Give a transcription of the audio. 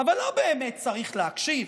אבל לא באמת צריך להקשיב.